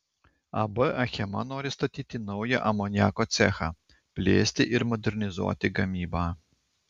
ab achema nori statyti naują amoniako cechą plėsti ir modernizuoti gamybą